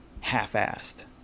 half-assed